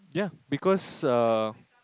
yeah because uh